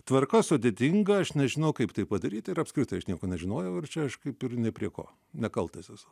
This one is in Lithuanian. tvarka sudėtinga aš nežinau kaip tai padaryt ir apskritai aš nieko nežinojau ir čia aš kaip ir ne prie ko nekaltas esu